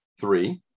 three